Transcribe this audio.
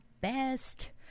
best